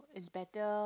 it's better